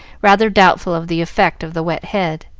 rather doubtful of the effect of the wet head.